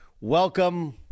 Welcome